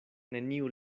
neniu